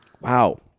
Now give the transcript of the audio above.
Wow